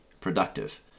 productive